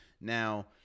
Now